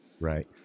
Right